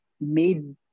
made